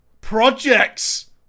projects